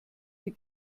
die